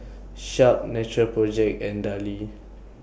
Sharp Natural Project and Darlie